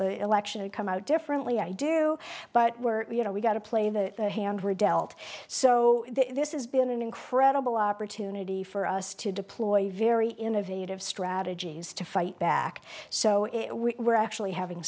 the election to come out differently i do but we're you know we got to play the hand we're dealt so this has been an incredible opportunity for us to deploy very innovative strategies to fight back so if we were actually having